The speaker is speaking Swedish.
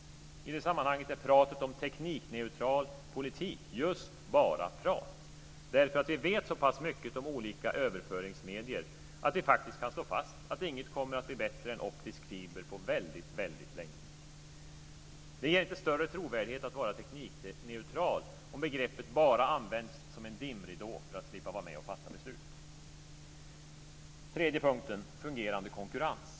I det sammanhanget är pratet om teknikneutral politik just bara prat. Vi vet så pass mycket om olika överföringsmedier att vi faktiskt kan slå fast att inget kommer att bli bättre än optisk fiber på väldigt länge. Det ger inte större trovärdighet att vara teknikneutral, om begreppet bara används som en dimridå för att slippa vara med och fatta beslut. 3. Fungerande konkurrens.